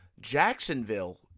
Jacksonville